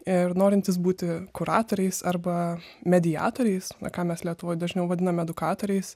ir norintys būti kuratoriais arba mediatoriais na ką mes lietuvoj dažniau vadinam edukatoriais